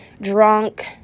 drunk